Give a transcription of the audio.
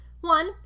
One